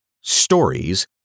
Stories